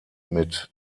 mit